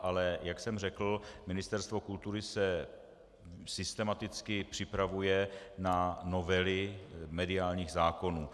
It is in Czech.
Ale jak jsem řekl, Ministerstvo kultury se systematicky připravuje na novely mediálních zákonů.